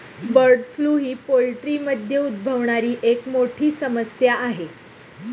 bird flu ही पोल्ट्रीमध्ये उद्भवणारी एक मोठी समस्या आहे